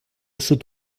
sud